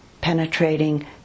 penetrating